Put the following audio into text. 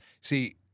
See